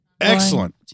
Excellent